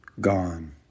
gone